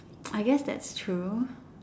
I guess that's true